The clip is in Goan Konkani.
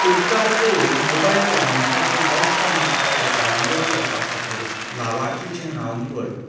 उपकार करून मोबायल क्रमांकचें लस प्रमाणपत्र डावनलोड करपा खातीर लावार्थीचें नांव निवड